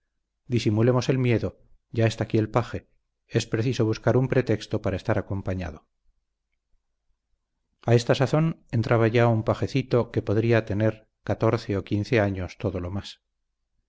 disimulemos el miedo ya está aquí el paje es preciso buscar un pretexto para estar acompañado a esta sazón entraba ya un pajecito que podría tener catorce o quince años todo lo más